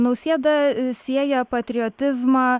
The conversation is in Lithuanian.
nausėda sieja patriotizmą